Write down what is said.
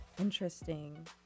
Interesting